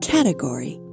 Category